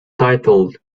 titled